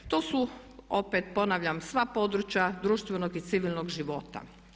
To su opet ponavljam sva područja društvenog i civilnog života.